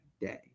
day